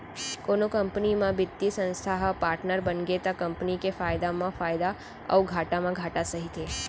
कोनो कंपनी म बित्तीय संस्था ह पाटनर बनगे त कंपनी के फायदा म फायदा अउ घाटा म घाटा सहिथे